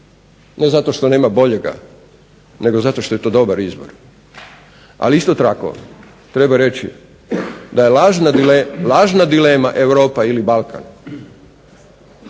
ne zato što nema boljega, nego zato što je to dobar izbor. Ali isto tako treba reći da je lažna dilema Europa ili Balkan